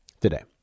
today